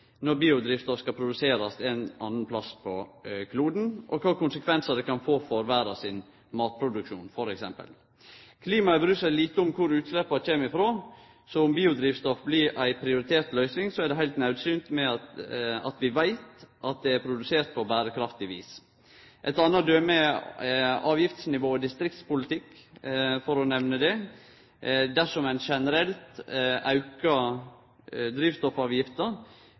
når biodrivstoffet skal produserast ein annan plass på kloden – og kva konsekvensar det kan få for verdas matproduksjon f.eks. Klimaet bryr seg lite om kor utsleppa kjem frå. Så om biodrivstoff blir ei prioritert løysing, er det heilt naudsynt at vi veit at det er produsert på berekraftig vis. Eit anna døme er avgiftsnivå og distriktspolitikk, for å nemne det. Dersom ein generelt aukar